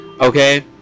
Okay